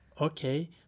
Okay